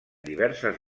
diverses